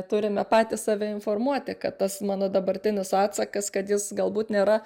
turime patys save informuoti kad tas mano dabartinis atsakas kad jis galbūt nėra